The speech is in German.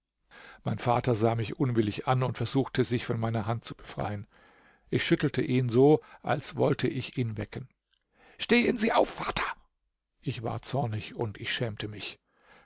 mein vater sah mich unwillig an und versuchte sich von meiner hand zu befreien ich schüttelte ihn so als wollte ich ihn wecken stehen sie auf vater ich war zornig und ich schämte mich